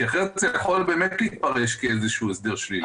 כי אחרת זה יכול באמת להתפרש כאיזשהו הסדר שלילי.